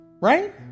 Right